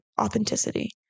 authenticity